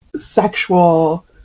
sexual